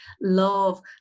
love